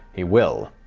he will.